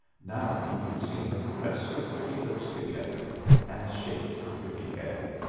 now, he could see her press her pretty lips together and shake her pretty head.